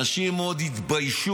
אנשים עוד יתביישו